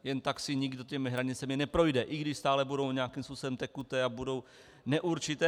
Jen tak si nikdo těmi hranicemi neprojde, i když stále budou nějakým způsobem tekuté a budou neurčité.